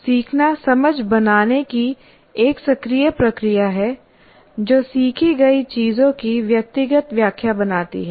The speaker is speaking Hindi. सीखना समझ बनाने की एक सक्रिय प्रक्रिया है जो सीखी गई चीज़ों की व्यक्तिगत व्याख्या बनाती है